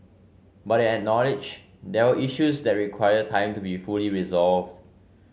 but he acknowledge there were issues that require time to be fully resolved